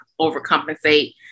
overcompensate